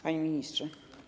Panie Ministrze!